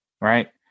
right